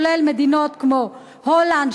כולל מדינות כמו הולנד,